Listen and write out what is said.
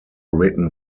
written